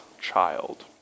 child